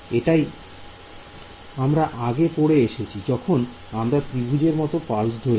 এটাই আমরা আগে পড়ে এসেছি যখন আমরা ত্রিভুজের মত পালস ধরেছি